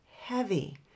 Heavy